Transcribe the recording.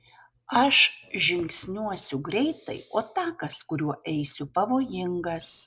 aš žingsniuosiu greitai o takas kuriuo eisiu pavojingas